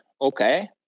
Okay